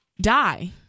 die